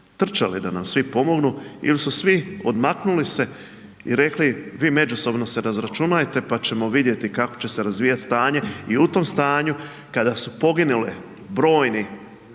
trčali da nam svi pomognu il su svi odmaknuli se i rekli vi međusobno se razračunajte pa ćemo vidjeti kako će se razvijat stanje i u tom stanju kada su poginuli brojni